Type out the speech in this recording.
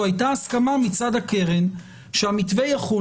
או שהייתה הסכמה מצד הקרן שהמתווה יחול